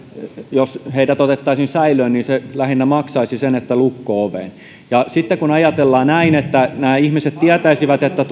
jos heidät otettaisiin säilöön niin se lähinnä maksaisi sen että lukko oveen ja sitten kun ajatellaan näin että kun nämä ihmiset tietäisivät että